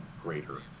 greater